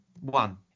one